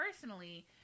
personally